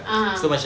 (uh huh)